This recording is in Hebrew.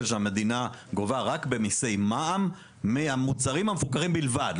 שהמדינה גובה רק במע"מ מהמוצרים המפוקחים בלבד,